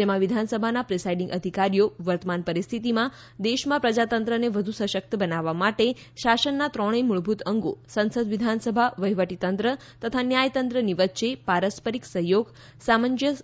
જેમાં વિધાનસભાના પ્રિસાઇડિંગ અધિકારીઓ વર્તમાન પરિસ્થિતિમાં દેશમાં પ્રજાતંત્રને વધુ સશક્ત બનાવવા માટે શાસનના ત્રણેય મૂળભૂત અંગો સંસદવિધાનસભા વહીવટીતંત્ર તથા ન્યાયતંત્રની વચ્ચે પારસ્પરિક સહથોગ સામંજસ્ય